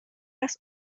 است